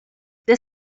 this